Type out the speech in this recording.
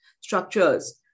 structures